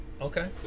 Okay